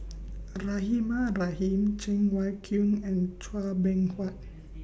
Rahimah Rahim Cheng Wai Keung and Chua Beng Huat